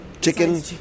Chicken